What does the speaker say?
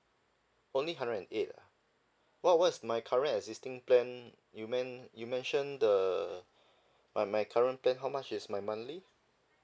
only hundred and eight ah what what's my current existing plan you men~ you mention the my my current plan how much is my monthly